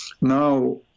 Now